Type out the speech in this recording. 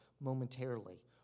momentarily